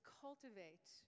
cultivate